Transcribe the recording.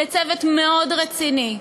לצוות רציני מאוד,